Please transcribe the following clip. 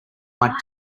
white